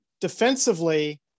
defensively